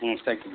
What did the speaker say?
ம் தேங்க்யூம்மா